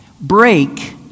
break